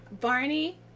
Barney